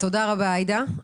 תודה רבה עאידה.